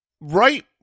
Right